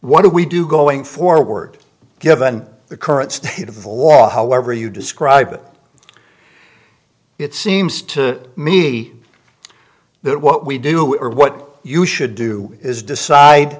what do we do going forward given the current state of war however you describe it it seems to me that what we do or what you should do is decide